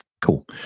Cool